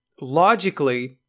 logically